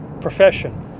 profession